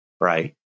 right